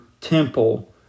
temple